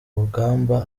rugamba